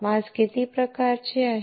मास्कचे किती प्रकार आहेत